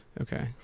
Okay